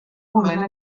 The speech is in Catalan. moment